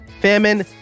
famine